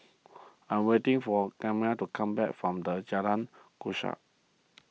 I'm waiting for Karyme to come back from the Jalan